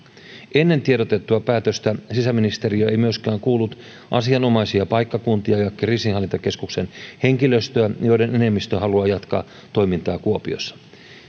ennen tiedotettua päätöstä sisäministeriö ei myöskään kuullut asianomaisia paikkakuntia ja kriisinhallintakeskuksen henkilöstöä joiden enemmistö haluaa jatkaa toimintaa kuopiossa